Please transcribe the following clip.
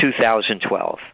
2012